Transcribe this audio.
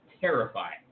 terrifying